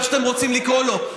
או איך שאתם רוצים לקרוא לו,